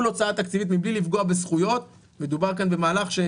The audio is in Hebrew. הוצאה תקציבית מבלי לפגוע בזכויות מדובר כאן במהלך,